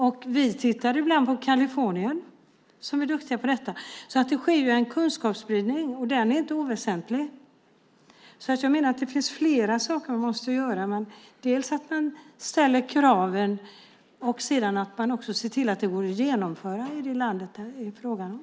Och vi tittar ibland på Kalifornien, där man är duktig på detta. Det sker ju en kunskapsspridning, och den är inte oväsentlig. Jag menar att det finns flera saker för oss att göra, dels att man ställer kraven, dels att man också ser till att de går att genomföra i det land det är fråga om.